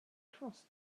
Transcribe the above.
crossed